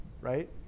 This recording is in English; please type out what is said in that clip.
right